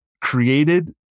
created